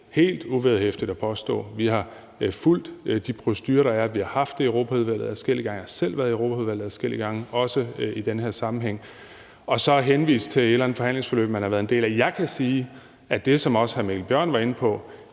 helt uvederhæftigt at påstå. Vi har fulgt de procedurer, der er, vi har haft det i Europaudvalget adskillige gange, jeg har selv været i Europaudvalget adskillige gange, også i den her sammenhæng, og så henviser man til et eller andet forhandlingsforløb, man har været en del af. Jeg kan sige, at det, som også hr. Mikkel Bjørn var inde på,